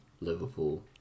Liverpool